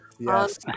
Yes